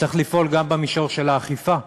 צריך לפעול גם במישור של האכיפה.